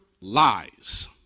lies